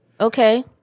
Okay